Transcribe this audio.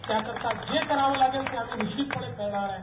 त्या करीता जे करावं लागेल ते आम्ही निश्चितपणे करणार आहे